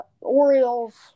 Orioles